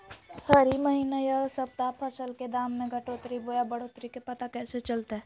हरी महीना यह सप्ताह फसल के दाम में घटोतरी बोया बढ़ोतरी के पता कैसे चलतय?